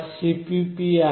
cpp आहे